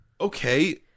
okay